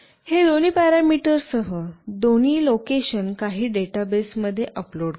आणि हे दोन्ही पॅरामीटर्ससह दोन्ही लोकेशन काही डेटाबेसमध्ये अपलोड करेल